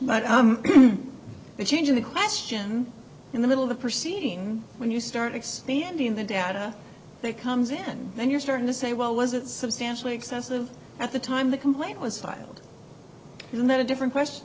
t the change in the question in the middle of the proceeding when you start expanding the data they comes in and then you're starting to say well was it substantially excessive at the time the complaint was filed in that a different question